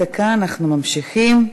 דקה, אנחנו ממשיכים.